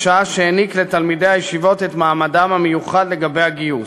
בשעה שהעניק לתלמידי הישיבות את מעמדם המיוחד לגבי הגיוס,